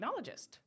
technologist